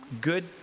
good